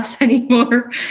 anymore